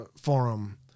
Forum